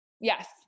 yes